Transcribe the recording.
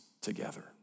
together